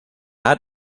hat